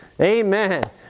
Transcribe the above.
Amen